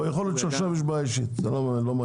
יכול להיות שעכשיו יש בעיה אישית, זה לא מעניין.